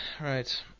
Right